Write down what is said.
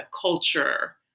culture